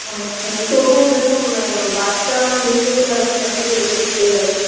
আচ্ছা তবুও দেখুন বাচ্চা মানে বুঝতেই তো পারছেন একটু তো বেশি দিতেই হবে